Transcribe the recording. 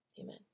Amen